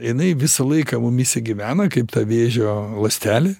jinai visą laiką mumyse gyvena kaip ta vėžio ląstelė